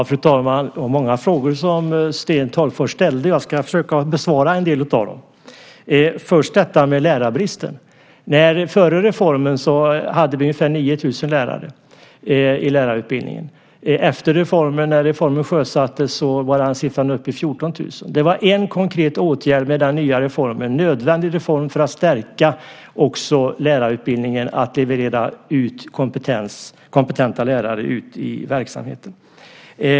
Fru talman! Det var många frågor som Sten Tolgfors ställde. Jag ska försöka besvara en del av dem. Först frågan om lärarbristen. Före lärarreformen hade vi ungefär 9 000 lärare i lärarutbildningen. Efter reformen, när den sjösatts, var vi uppe i 14 000. Det var en konkret åtgärd i reformen. Det var en nödvändig reform för att stärka lärarutbildningen för att kunna leverera kompetenta lärare ute i verksamheten.